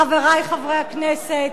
חברי חברי הכנסת,